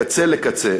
מקצה לקצה.